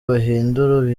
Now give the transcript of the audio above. bahindura